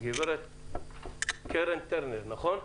גברת קרן טרנר, נכון?